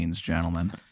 gentlemen